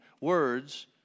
words